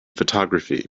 photography